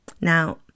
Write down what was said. Now